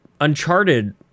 Uncharted